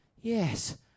Yes